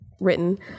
written